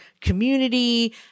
community